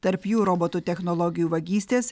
tarp jų robotų technologijų vagystės